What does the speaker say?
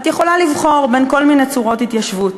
את יכולה לבחור בין כל מיני צורות התיישבות,